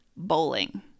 Bowling